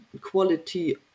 quality